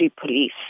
police